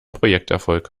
projekterfolg